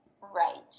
Right